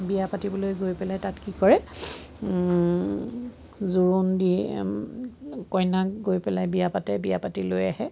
বিয়া পাতিবলৈ গৈ পেলাই তাত কি কৰে জোৰোণ দি কইনাক গৈ পেলাই বিয়া পাতে বিয়া পাতি লৈ আহে